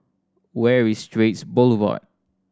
where is Straits Boulevard